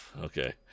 Okay